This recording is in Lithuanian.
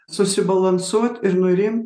susibalansuot ir nurimt